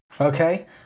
Okay